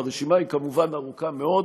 והרשימה היא כמובן ארוכה מאוד,